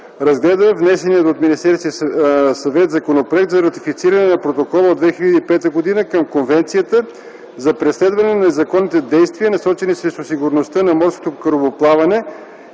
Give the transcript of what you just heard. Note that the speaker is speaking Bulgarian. разгледа внесения от Министерския съвет Законопроект за ратифициране на Протокола от 2005 г. към Конвенцията за преследване на незаконните действия, насочени срещу сигурността на морското корабоплаване,